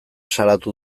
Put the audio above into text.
salatu